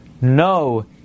no